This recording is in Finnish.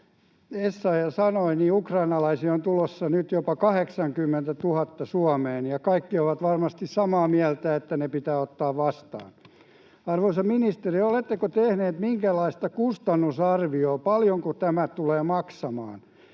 Essayah sanoi, ukrainalaisia on tulossa nyt jopa 80 000 Suomeen, ja kaikki ovat varmasti samaa mieltä, että heidät pitää ottaa vastaan. Arvoisa ministeri, oletteko tehneet minkäänlaista kustannusarviota, paljonko tämä tulee maksamaan?